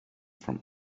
from